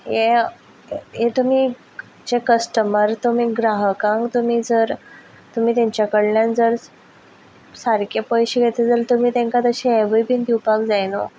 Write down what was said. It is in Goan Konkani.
हें हें तुमी जे कश्टमर तुमी ग्राहकांक तुमी जर तुमी तेंच्या कडल्यार जर सारकें पयशे घेता जाल्यार तुमी तशे तेंका हेंवूय बी दिवपा जाय न्हू